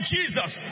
Jesus